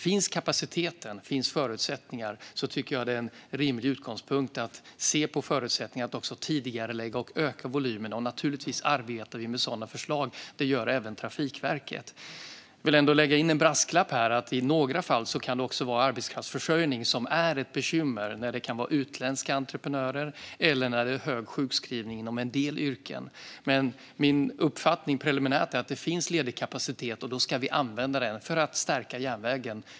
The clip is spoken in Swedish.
Finns kapacitet och förutsättningar tycker jag att det är en rimlig utgångspunkt att se på förutsättningarna att också tidigarelägga och öka volymen. Naturligtvis arbetar vi med sådana förslag, och det gör även Trafikverket. Jag vill ändå lägga in en brasklapp om att arbetskraftsförsörjning i några fall kan vara ett bekymmer. Det kan vara utländska entreprenörer eller hög sjukskrivning inom en del yrken. Men min uppfattning preliminärt är att det finns ledig kapacitet, och då ska vi använda den för att stärka järnvägen.